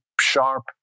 sharp